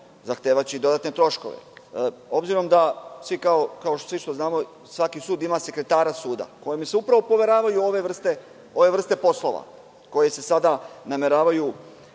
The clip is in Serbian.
zahtevaće dodatne troškove. Obzirom da svi znamo da svaki sud ima sekretara suda kome se poveravaju ove vrste poslova koje se sada nameravaju